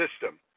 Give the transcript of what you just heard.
system